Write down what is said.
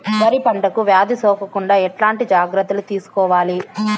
వరి పంటకు వ్యాధి సోకకుండా ఎట్లాంటి జాగ్రత్తలు తీసుకోవాలి?